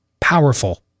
powerful